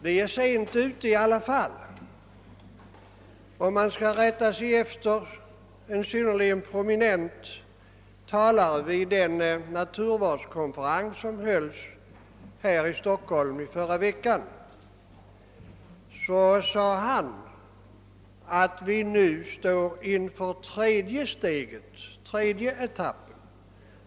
Vi är i alla fall sent ute. En synnerligen prominent talare vid den naturvårdskonferens som hölls här i Stockholm i förra veckan sade, att vi nu står inför den tredje etappen i detta sammanhang.